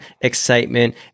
excitement